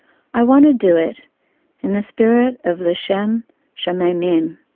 i want to do it in the spirit of l'shem shamaymim,